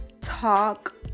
Talk